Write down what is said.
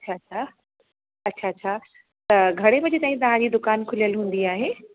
अच्छा अच्छा अच्छा अच्छा त घणे बजे ताईं तव्हांजी दुकानु खुलियल हूंदी आहे